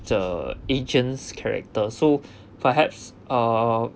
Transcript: the agent's character so perhaps uh